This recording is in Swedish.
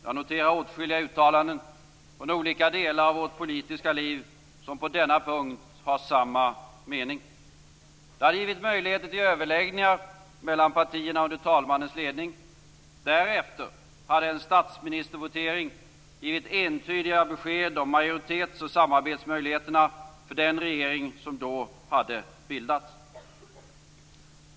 Jag noterar åtskilliga uttalanden under olika delar av vårt politiska liv som på denna punkt har samma mening. Det hade givit möjligheter till överläggningar mellan partierna under talmannens ledning. Därefter hade en statsministervotering givit entydiga besked om majoritetsoch sammarbetsmöjligheterna för den regering som då hade bildats.